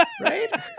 Right